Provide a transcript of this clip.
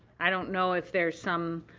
i don't know if there's some